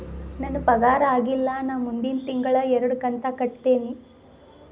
ನನ್ನ ಪಗಾರ ಆಗಿಲ್ಲ ನಾ ಮುಂದಿನ ತಿಂಗಳ ಎರಡು ಕಂತ್ ಕಟ್ಟತೇನಿ